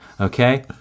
Okay